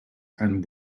and